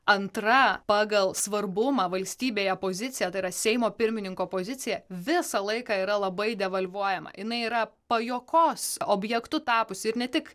antra pagal svarbumą valstybėje pozicija tai yra seimo pirmininko pozicija visą laiką yra labai devalvuojama jinai yra pajuokos objektu tapusi ir ne tik